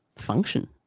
function